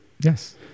yes